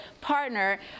partner